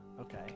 Okay